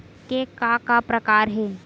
के का का प्रकार हे?